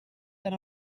tan